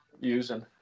using